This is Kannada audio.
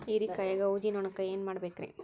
ಹೇರಿಕಾಯಾಗ ಊಜಿ ನೋಣಕ್ಕ ಏನ್ ಮಾಡಬೇಕ್ರೇ?